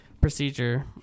procedure